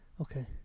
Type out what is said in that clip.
Okay